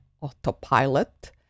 autopilot